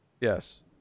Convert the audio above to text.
Yes